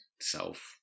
self